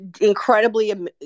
incredibly